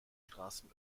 straßen